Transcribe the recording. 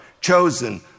chosen